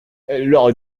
leur